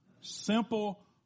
simple